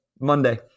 Monday